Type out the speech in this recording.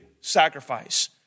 sacrifice